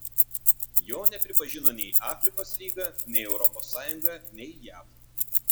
jo nepripažino nei afrikos lyga nei europos sąjunga nei jav